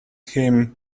him